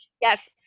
yes